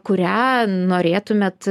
kurią norėtumėt